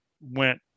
went